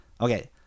Okay